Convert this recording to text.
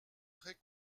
très